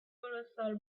colossal